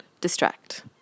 distract